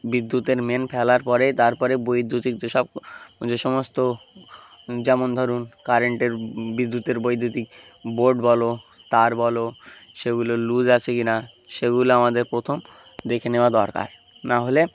বিদ্যুতের মেইন ফেলার পরেই তার পরে বৈদ্যুতিক যে সব যে সমস্ত যেমন ধরুন কারেন্টের বিদ্যুতের বৈদ্যুতিক বোর্ড বলো তার বলো সেগুলো লুজ আছে কি না সেগুলো আমাদের প্রথম দেখে নেওয়া দরকার নাহলে